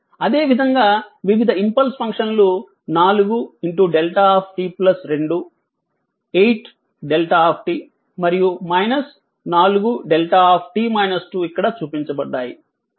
అదేవిధంగా వివిధ ఇంపల్స్ ఫంక్షన్లు 4 δt 2 8 δ మరియు 4 δ ఇక్కడ చూపించబడ్డాయి